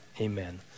amen